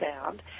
sound